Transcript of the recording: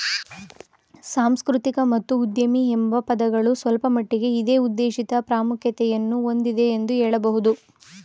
ಸಾಂಸ್ಕೃತಿಕ ಮತ್ತು ಉದ್ಯಮಿ ಎಂಬ ಪದಗಳು ಸ್ವಲ್ಪಮಟ್ಟಿಗೆ ಇದೇ ಉದ್ದೇಶಿತ ಪ್ರಾಮುಖ್ಯತೆಯನ್ನು ಹೊಂದಿದೆ ಎಂದು ಹೇಳಬಹುದು